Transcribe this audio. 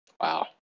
Wow